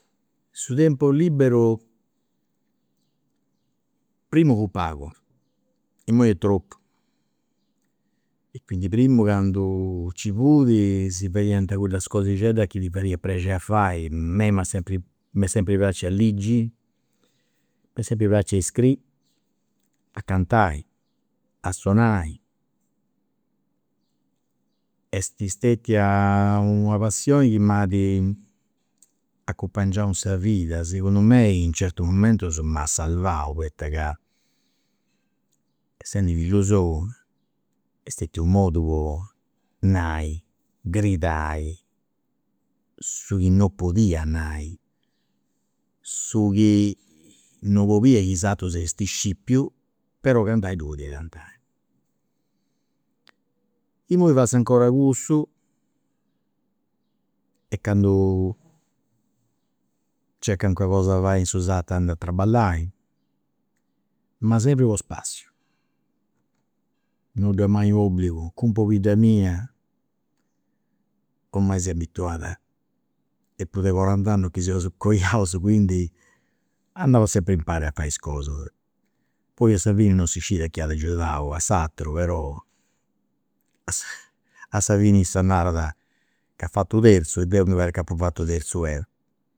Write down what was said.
Su tempu liberu primu fut pagu, imui est tropu, e quindi primu candu ci fut si fadiant cussa cosixeddas chi ti fadiat prexeri a fai, a mei me sempri praxiu a ligi, me sempri praxiu a iscriri, a cantai, a sonai, est stetia una passioni chi m'at accumpangiau in sa vida, segundu mei in certus momentusm'at salvau poita ca essendi fillu solu est stetiu unu modu po nai, po gridai su chi non podia nai, su chi non 'olia is aterus essint scipiu, però cantai ddu podia cantai. Imui fatzu 'ncora cussu, e candu nc'est calincuna cosa de fai a su sartu andu a traballai, ma sempri po spassiu, non ddoi est mai obbligu, cun pobidda mia ormai s'est abituada, est prus de corant'annus chi seus coiaus quindi andaus sempri impari a fai is cosas, poi a sa fini non si scit chi apa agiudau a s'ateru però a sa fini issa narat ca at fatu unu terzu e deu mi parrit chi apu fatu u' terzu deu